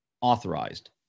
authorized